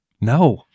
No